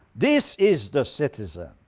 this is the citizen.